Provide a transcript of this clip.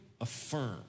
affirm